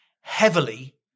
heavily